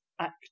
Act